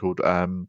called